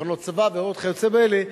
מחנות צבא ועוד כיוצא באלה,